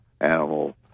animal